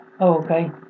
okay